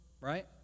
right